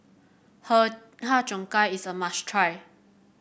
her Har Cheong Gai is a must try